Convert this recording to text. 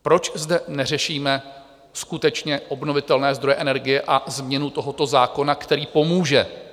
Proč zde neřešíme skutečně obnovitelné zdroje energie a změnu tohoto zákona, který pomůže?